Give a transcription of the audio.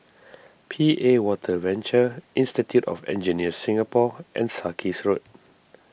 P A Water Venture Institute of Engineers Singapore and Sarkies Road